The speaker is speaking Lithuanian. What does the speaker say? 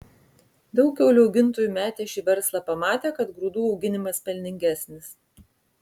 daug kiaulių augintojų metė šį verslą pamatę kad grūdų auginimas pelningesnis